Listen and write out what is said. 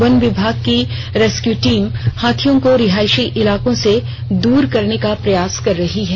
one विभाग की rescue team हाथियों को रिहाइसी इलाके से दूर करने का प्रयास कर रही है